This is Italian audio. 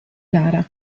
gara